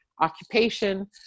occupation